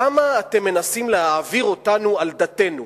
למה אתם מנסים להעביר אותנו על דתנו?